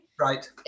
right